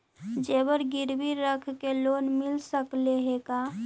जेबर गिरबी रख के लोन मिल सकले हे का?